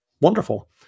Wonderful